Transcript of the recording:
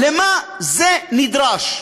למה זה נדרש?